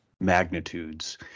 magnitudes